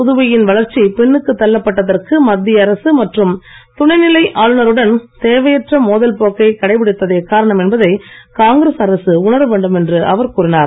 புதுவையின் வளர்ச்சி பின்னுக்கு தள்ளப்பட்டதற்கு மத்திய அரசு மற்றும் துணைநிலை கடைப்பிடித்ததே காரணம் என்பதை காங்கிரஸ் அரசு உணரவேண்டும் என்று அவர் கூறினார்